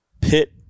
pit